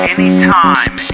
Anytime